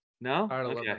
no